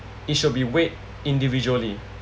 it should be weighed individually